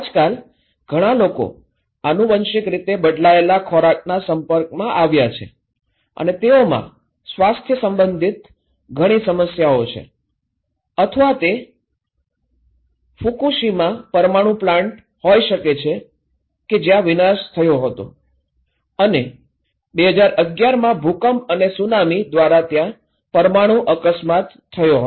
આજકાલ ઘણા લોકો આનુવંશિક રીતે બદલાયેલા ખોરાકના સંપર્કમાં આવ્યા છે અને તેઓમાં સ્વાસ્થ્ય સંબંધિત ઘણી સમસ્યાઓ છે અથવા તે ફુકુશીમા પરમાણુ પ્લાન્ટ હોઈ શકે છે કે જ્યાં વિનાશ થયો હતો અને ૨૦૧૧માં ભૂકંપ અને સુનામી દ્વારા ત્યાં પરમાણુ અકસ્માત થયો હતો